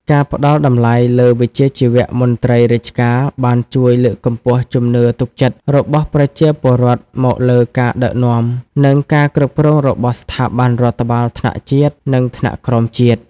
ការផ្តល់តម្លៃលើវិជ្ជាជីវៈមន្ត្រីរាជការបានជួយលើកកម្ពស់ជំនឿទុកចិត្តរបស់ប្រជាពលរដ្ឋមកលើការដឹកនាំ និងការគ្រប់គ្រងរបស់ស្ថាប័នរដ្ឋបាលថ្នាក់ជាតិ និងថ្នាក់ក្រោមជាតិ។